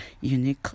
Unique